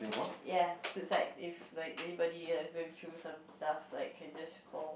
ya suicide if anybody like going through some stuff can just call